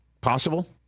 Possible